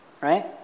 Right